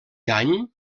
any